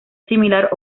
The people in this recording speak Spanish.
similar